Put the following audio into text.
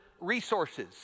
resources